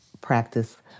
practice